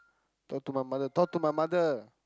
talk to my mother talk to my mother